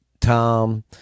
Tom